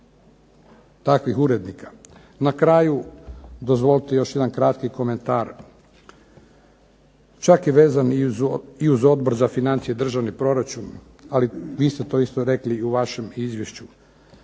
Na kraju, dozvolite još jedan kratki komentar. Čak je vezan i uz Odbor za financije i državni proračun, ali vi ste to isto rekli i u vašem izvješću.